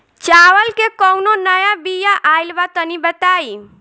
चावल के कउनो नया बिया आइल बा तनि बताइ?